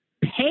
pay